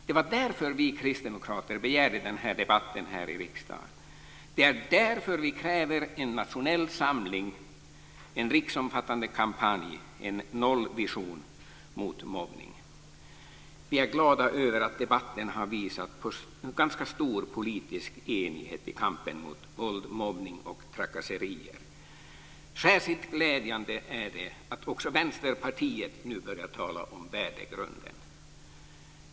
Det var därför vi kristdemokrater begärde den här debatten i riksdagen, och det är därför vi kräver en nationell samling och en riksomfattande kampanj - en nollvision mot mobbning! Vi är glada över att debatten har visat på ganska stor politisk enighet i kampen mot våld, mobbning och trakasserier. Särskilt glädjande är det att också Vänsterpartiet nu börjar tala om värdegrunden.